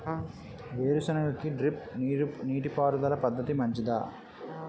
వేరుసెనగ కి డ్రిప్ నీటిపారుదల పద్ధతి మంచిదా?